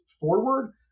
forward